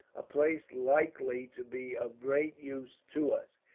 a place likely to be of great use to us,